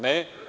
Ne.